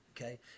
okay